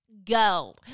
go